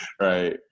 Right